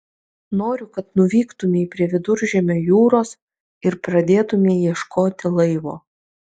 noriu kad nuvyktumei prie viduržemio jūros ir pradėtumei ieškoti laivo